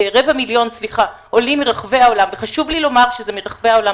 רבע מיליון עולים מרחבי העולם וחשוב לי לומר שזה מרחבי העולם,